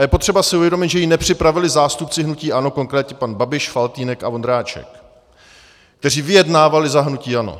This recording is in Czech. A je potřeba si uvědomit, že ji nepřipravili zástupci hnutí ANO, konkrétně pan Babiš, Faltýnek a Vondráček, kteří vyjednávali za hnutí ANO.